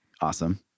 Awesome